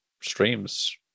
streams